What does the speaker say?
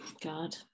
god